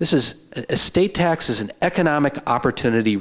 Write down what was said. this is a state taxes an economic opportunity